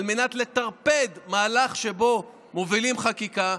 על מנת לטרפד מהלך שבו מובילים חקיקה,